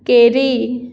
केरी